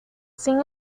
sin